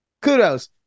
kudos